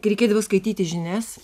kai reikėdavo skaityti žinias